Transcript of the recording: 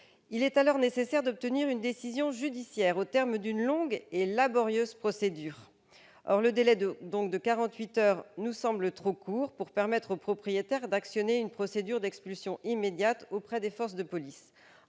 Il est alors nécessaire d'obtenir une décision judiciaire au terme d'une longue et laborieuse procédure. Le délai de 48 heures nous semble donc trop court pour permettre aux propriétaires d'actionner une procédure d'expulsion immédiate auprès des forces de police.